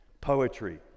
poetry